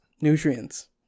Nutrients